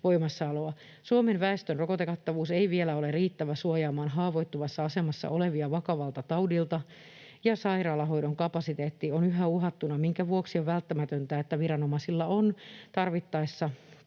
Suomen väestön rokotekattavuus ei vielä ole riittävä suojaamaan haavoittuvassa asemassa olevia vakavalta taudilta ja sairaalahoidon kapasiteetti on yhä uhattuna, minkä vuoksi on välttämätöntä, että viranomaisilla on tarvittaessa otettavissa